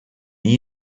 neil